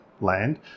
land